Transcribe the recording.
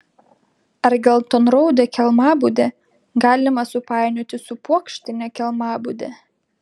ar geltonraudę kelmabudę galima supainioti su puokštine kelmabude